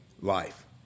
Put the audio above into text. life